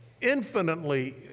infinitely